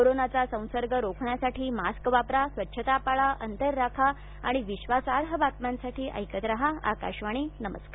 कोरोनाचा संसर्ग रोखण्यासाठी मास्क वापरा स्वच्छता पाळा अंतर राखा आणि विश्वासाई बातम्यांसाठी ऐकत रहा आकाशवाणी नमस्कार